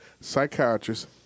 psychiatrist